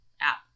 app